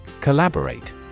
Collaborate